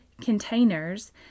containers